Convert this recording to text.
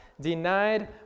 denied